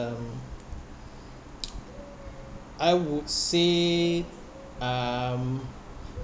um I would say um